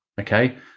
okay